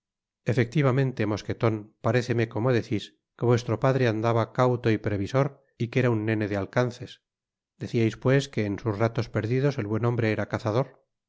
efectivamente mosqueton paréceme como decis que vuestro padre andaba cauto y previsor y que era un nene de alcances deciais pues que en sus ratos perdidos el buen hombre era cazador